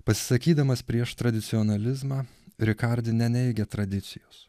pasisakydamas prieš tradicionalizmą rikardi neneigia tradicijos